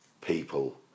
people